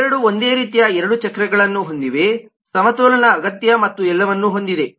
ಇವೆರಡೂ ಒಂದೇ ರೀತಿಯ ಎರಡು ಚಕ್ರಗಳನ್ನು ಹೊಂದಿವೆ ಸಮತೋಲನ ಅಗತ್ಯ ಮತ್ತು ಎಲ್ಲವನ್ನು ಹೊಂದಿವೆ